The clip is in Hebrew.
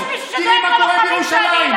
אם יש מישהו שדואג ללוחמים זה אני.